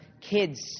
kids